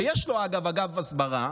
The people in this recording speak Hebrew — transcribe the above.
שיש לו, אגב, אגף הסברה,